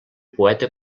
poeta